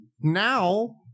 now